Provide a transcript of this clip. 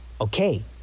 Okay